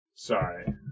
Sorry